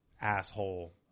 asshole